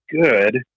good